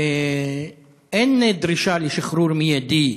אין דרישה לשחרור מיידי.